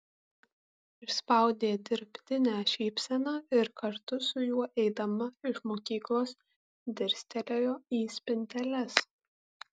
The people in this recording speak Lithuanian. išspaudė dirbtinę šypseną ir kartu su juo eidama iš mokyklos dirstelėjo į spinteles